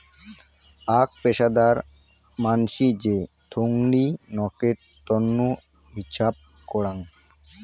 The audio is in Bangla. আক পেশাদার মানসি যে থোঙনি নকের তন্ন হিছাব করাং